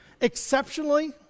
Exceptionally